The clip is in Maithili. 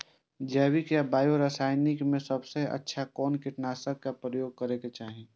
जैविक या बायो या रासायनिक में सबसँ अच्छा कोन कीटनाशक क प्रयोग करबाक चाही?